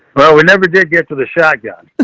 we never did get to the shotgun.